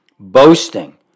Boasting